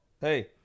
hey